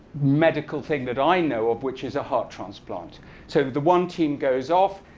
medical thing that i know of, which is a heart transplant. so the one team goes off.